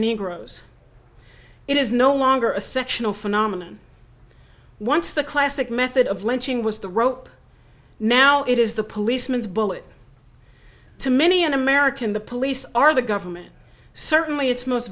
negroes it is no longer a sectional phenomenon once the classic method of lynching was the rope now it is the policeman's bullet to many an american the police are the government certainly its most